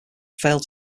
fail